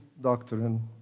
doctrine